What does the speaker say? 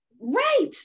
Right